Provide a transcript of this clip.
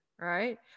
Right